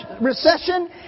recession